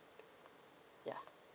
yeah